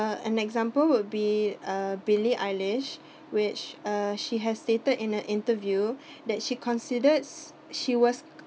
uh an example would be uh billie eilish which uh she has stated in an interview that she considers she was